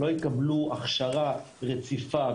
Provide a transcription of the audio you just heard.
לא יקבלו הכשרה רציפה,